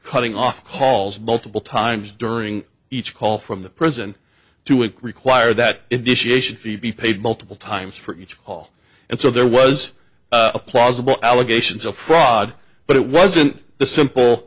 cutting off halls multiple times during each call from the prison to and require that initiation fee be paid multiple times for each call and so there was a plausible allegations of fraud but it wasn't the simple